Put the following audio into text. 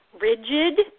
rigid